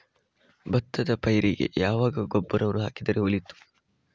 ಭತ್ತದ ಪೈರಿಗೆ ಯಾವಾಗ ಗೊಬ್ಬರವನ್ನು ಹಾಕಿದರೆ ಒಳಿತು?